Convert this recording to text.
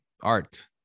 art